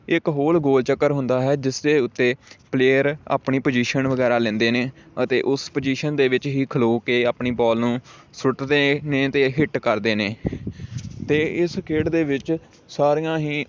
ਇੱਕ ਹੋਰ ਗੋਲ ਚੱਕਰ ਹੁੰਦਾ ਹੈ ਜਿਸ ਦੇ ਉੱਤੇ ਪਲੇਅਰ ਆਪਣੀ ਪਜੀਸ਼ਨ ਵਗੈਰਾ ਲੈਂਦੇ ਨੇ ਅਤੇ ਉਸ ਪਜੀਸ਼ਨ ਦੇ ਵਿੱਚ ਹੀ ਖਲੋ ਕੇ ਆਪਣੀ ਬੋਲ ਨੂੰ ਸੁੱਟਦੇ ਨੇ ਅਤੇ ਹਿੱਟ ਕਰਦੇ ਨੇ ਅਤੇ ਇਸ ਖੇਡ ਦੇ ਵਿੱਚ ਸਾਰੀਆਂ ਹੀ